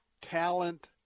talent